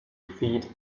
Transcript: feed